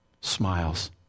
smiles